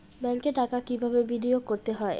ব্যাংকে টাকা কিভাবে বিনোয়োগ করতে হয়?